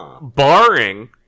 Barring